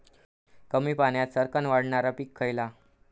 कमी पाण्यात सरक्कन वाढणारा पीक खयला?